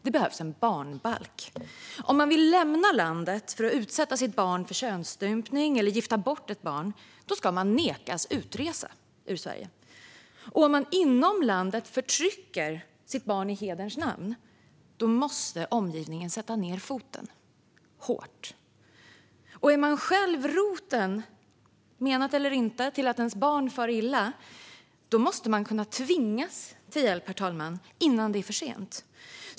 Det behövs en barnbalk. Om man vill lämna landet för att utsätta sitt barn för könsstympning eller gifta bort ett barn, då ska man nekas utresa ur Sverige. Om man inom landet förtrycker sitt barn i hederns namn måste omgivningen sätta ned foten, hårt. Och om man själv är roten, menat eller inte, till att ens barn far illa måste man kunna tvingas till hjälp, herr talman, innan det är för sent.